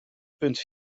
punt